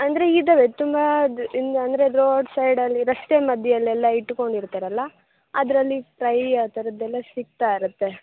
ಅಂದರೆ ಇದ್ದಾವೆ ತುಂಬ ಅದು ಇನ್ನು ಅಂದರೆ ರೋಡ್ ಸೈಡಲ್ಲಿ ರಸ್ತೆ ಮಧ್ಯಯೆಲ್ಲ ಇಟ್ಟುಕೊಂಡಿರ್ತಾರಲ್ಲಾ ಅದರಲ್ಲಿ ಫ್ರೈ ಆ ಥರದ್ದೆಲ್ಲ ಸಿಕ್ತಾ ಇರುತ್ತೆ